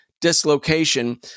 dislocation